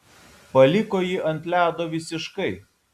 paliko jį ant ledo visiškai